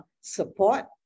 support